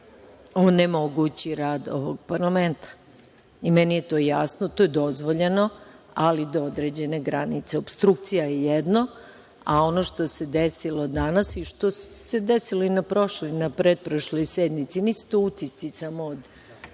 onemogući rad ovog parlamenta. Meni je to jasno, to je dozvoljeno, ali do određene granice. Opstrukcija je jedno, a ono što se desilo danas i što se desilo na prošloj i na pretprošloj sednici, nisu to utisci samo od